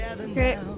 Okay